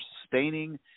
sustaining